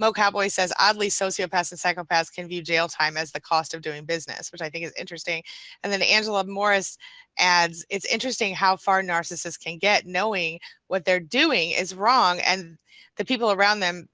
mocowboy says oddly, sociopaths and psychopaths can do jail time as the cost of doing business. which i think is interesting and then the angela morris ads, it's interesting how far narcissist can get knowing what they're doing is wrong and the people around them